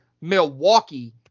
Milwaukee